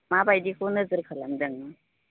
माबायदिखौ नोजोर खालामदों